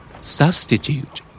Substitute